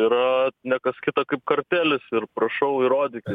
yra ne kas kita kaip kartelis ir prašau įrodykit